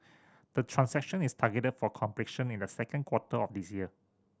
the transaction is targeted for completion in the second quarter of this year